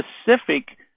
specific